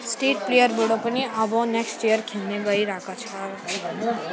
state प्लेयरबाट पनि अब नेक्स्ट इयर खेल्ने गइरहेको छ